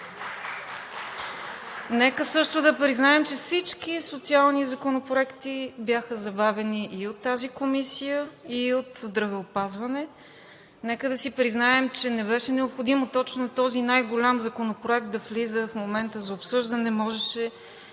Нека също да признаем, че всички социални законопроекти бяха забавени и от тази комисия, и от Здравеопазването. Нека да си признаем, че не беше необходимо точно този най голям законопроект да влиза в момента за обсъждане.